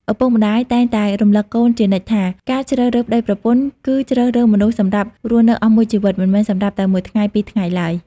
ឪពុកម្ដាយតែងតែរំលឹកកូនជានិច្ចថា "ការជ្រើសរើសប្ដីប្រពន្ធ គឺជ្រើសរើសមនុស្សសម្រាប់រស់នៅអស់មួយជីវិត មិនមែនសម្រាប់តែមួយថ្ងៃពីរថ្ងៃឡើយ"។